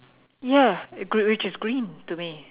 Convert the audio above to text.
ya green which is green to me